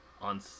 on